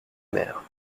mère